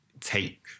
take